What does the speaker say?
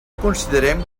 considerem